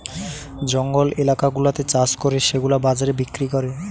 জঙ্গল এলাকা গুলাতে চাষ করে সেগুলা বাজারে বিক্রি করে